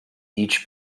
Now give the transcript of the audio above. each